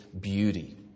beauty